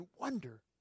wonder